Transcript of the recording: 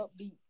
upbeat